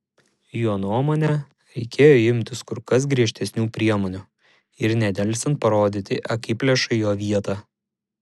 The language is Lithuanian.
jo nuomone reikėjo imtis kur kas griežtesnių priemonių ir nedelsiant parodyti akiplėšai jo vietą